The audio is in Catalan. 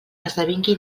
esdevingui